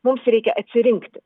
mums reikia atsirinkti